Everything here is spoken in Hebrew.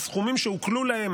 הסכומים שעוקלו להם,